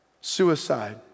suicide